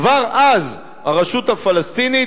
כבר אז הרשות הפלסטינית,